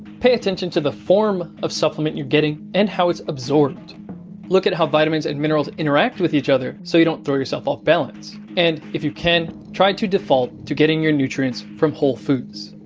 pay attention to the form of supplement you're getting and how it's absorbed look at how vitamins and minerals interact with each other so don't throw yourself off balance and, if you can, try to default to getting your nutrients from whole foods.